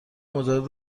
مجدد